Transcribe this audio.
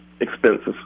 expenses